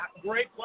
great